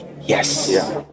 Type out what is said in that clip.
yes